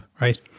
right